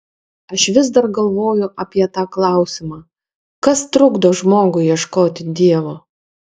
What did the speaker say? aš vis dar galvoju apie tą klausimą kas trukdo žmogui ieškoti dievo